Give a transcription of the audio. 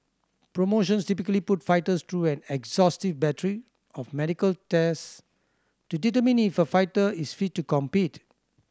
promotions typically put fighters through an exhaustive battery of medical tests to determine if a fighter is fit to compete